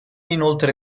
inoltre